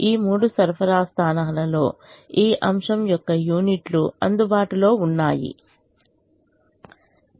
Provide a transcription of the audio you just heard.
ఈ మూడు సరఫరా స్థానాలలో ఈ అంశం యొక్క యూనిట్లు అందుబాటులో ఉన్నాయి